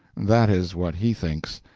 that is what he thinks.